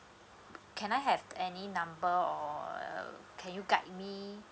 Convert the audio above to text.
can I have any number or err can you guide me